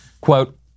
Quote